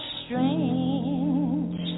strange